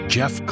Jeff